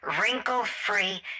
wrinkle-free